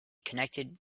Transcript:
connected